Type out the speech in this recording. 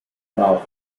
ralph